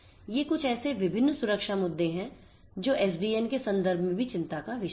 ये कुछ ऐसे विभिन्न सुरक्षा मुद्दे हैं जो एसडीएन के संदर्भ में भी चिंता का विषय हैं